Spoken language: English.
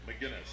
McGinnis